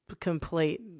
complete